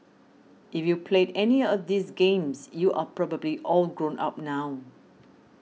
if you played any of these games you are probably all grown up now